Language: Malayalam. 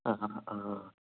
ആ ആ ആ ആ ആ